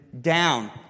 down